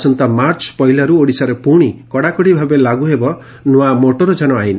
ଆସନ୍ତା ମାର୍ଚ ପହିଲାରୁ ଓଡ଼ିଶାରେ ପୁଶି କଡ଼ାକଡ଼ି ଭାବେ ଲାଗୁ ହେବ ନ୍ତଆ ମୋଟରଯାନ ଆଇନ